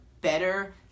better